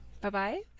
bye-bye